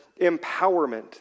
empowerment